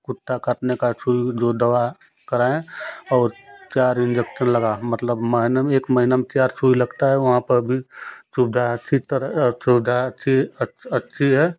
कुत्ता काटने का जो जो दवा है कराए हैं और चार इन्जेक्शन लगा मतलब महीने एक महीना में चार सुई लगता है वहाँ पर भी सुविधा अच्छी तरह सुविधा अच्छी अच्छी है